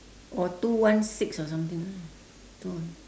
or two one six or something two